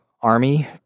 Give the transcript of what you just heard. army